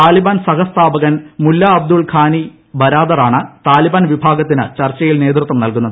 താലിബാൻ സഹസ്ഥാപകൻ മുല്ല അബ്ദുൾ ഘാനി ബരാദറാണ് താലിബാൻ വിഭാഗത്തിന് ചർച്ചയിൽ നേതൃത്വം നൽകുന്നത്